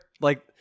like-